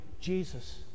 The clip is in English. Jesus